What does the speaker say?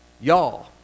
y'all